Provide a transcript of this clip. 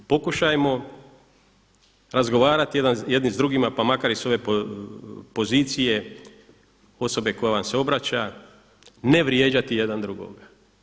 Pokušajmo razgovarati jedni s drugima pa makar i sa ove pozicije osobe koja vam se obraća ne vrijeđati jedan drugoga.